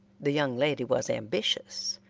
the young lady was ambitious,